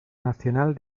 nacional